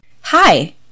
Hi